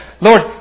Lord